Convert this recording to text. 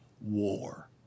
war